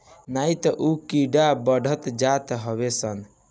नाही तअ उ कीड़ा बढ़त जात हवे सन